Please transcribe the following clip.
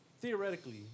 theoretically